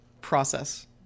process